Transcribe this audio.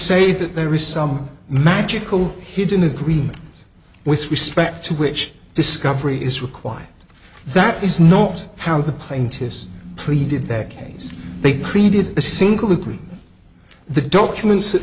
say that there is some magical hidden agreement with respect to which discovery is required that is not how the plaintiffs pleaded that case they created a single lucre the documents that